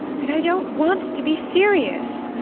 but i don't want to be serious.